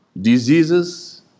diseases